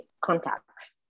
contacts